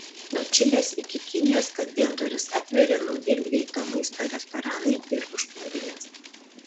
nuo čilės iki kinijos kasdien duris atveria nauji greito maisto restoranai ir užkandinės